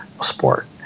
sport